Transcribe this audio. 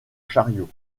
chariots